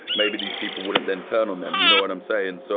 maybe these people wouldn't then turn on them, you know what i'm saying? so